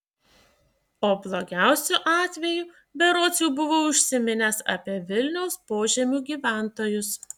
o blogiausiu atveju berods jau buvau užsiminęs apie vilniaus požemių gyventojus